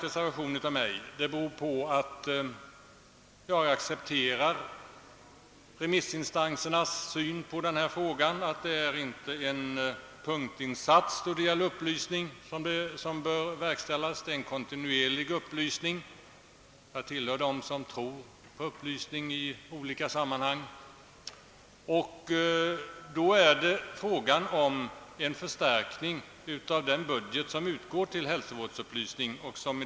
Anledningen till min blanka reservation är att jag accepterar remissinstansernas syn på denna fråga, nämligen att då det gäller upplysning bör inte en punktinsats göras, utan en kontinuerlig upplysning bör komma till stånd. Jag tillhör dem som tror på upplysning i olika sammanhang. Därför behövs en förstärkning av medicinalstyrelsens budget för hälsovårdsupplysning.